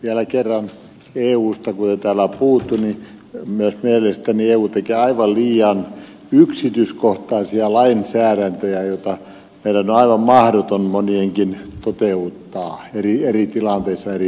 vielä kerran eusta kun täällä on puhuttu niin myös mielestäni eu tekee aivan liian yksityiskohtaisia lainsäädäntöjä joita meidän on aivan mahdoton monienkin toteuttaa eri tilanteissa eri